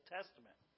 Testament